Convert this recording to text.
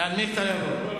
להנמיך את הלהבות.